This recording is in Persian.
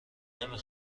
نمی